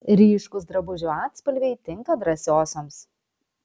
ryškūs drabužių atspalviai tinka drąsiosioms